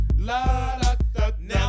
Now